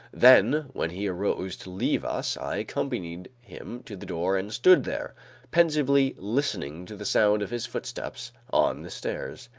then, when he arose to leave us, i accompanied him to the door and stood there pensively listening to the sound of his footsteps on the stairs.